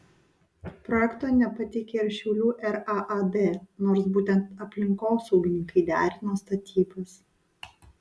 projekto nepateikė ir šiaulių raad nors būtent aplinkosaugininkai derino statybas